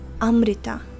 amrita